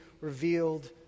revealed